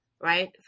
right